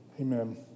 Amen